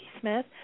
Smith